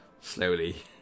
slowly